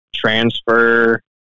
transfer